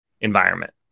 environment